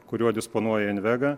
kuriuo disponuoja invega